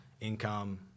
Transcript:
income